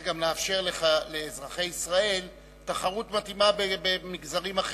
צריך גם לאפשר לאזרחי ישראל תחרות מתאימה במגזרים אחרים,